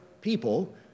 people